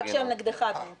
רק כשהן נגדך אתה מוטרד.